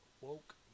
woke